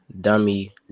dummy